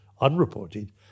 unreported